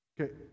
Okay